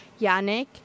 Yannick